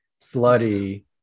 slutty